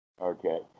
Okay